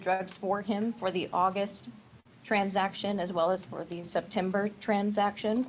drugs for him for the august transaction as well as for the september transaction